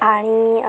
आणि